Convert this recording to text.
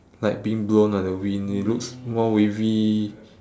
like being blown on the wind it looks more wavy